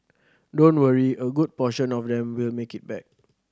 don't worry a good portion of them will make it back